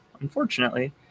unfortunately